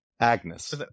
Agnes